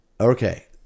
Okay